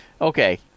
okay